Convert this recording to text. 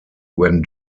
when